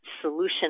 solution